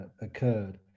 occurred